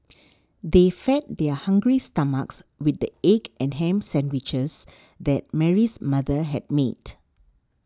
they fed their hungry stomachs with the egg and ham sandwiches that Mary's mother had made